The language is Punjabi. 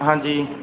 ਹਾਂਜੀ